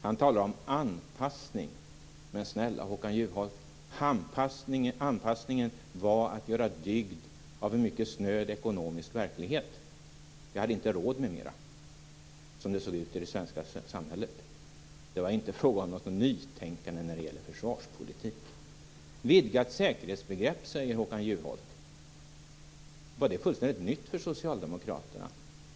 Han talar om anpassning. Men snälla Håkan Juholt! Anpassningen var att göra dygd av en mycket snöd ekonomisk verklighet. Vi hade inte råd med mera, så som det såg ut i det svenska samhället. Det var inte fråga om något nytänkande när det gäller försvarspolitiken. Håkan Juholt talar om ett vidgat säkerhetsbegrepp. Var det fullständigt nytt för Socialdemokraterna?